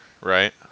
right